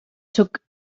took